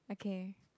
okay